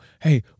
Hey